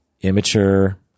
immature